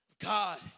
God